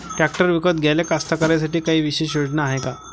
Tractor विकत घ्याले कास्तकाराइसाठी कायी विशेष योजना हाय का?